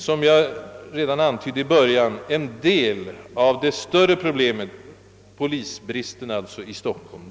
Som jag redan antytt är problemet en del av det större problemet: polisbristen i Stockholm.